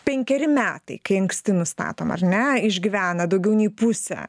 penkeri metai kai anksti nustatoma ar ne išgyvena daugiau nei pusė